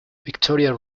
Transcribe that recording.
victoria